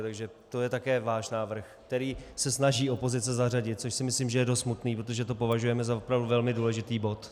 Takže to je také váš návrh, který se snaží opozice zařadit, což si myslím, že je dost smutné, protože to považujeme za velmi důležitý bod.